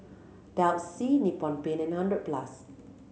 Delsey Nippon Paint and Hundred Plus